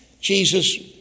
Jesus